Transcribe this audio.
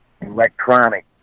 electronic